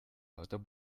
lauter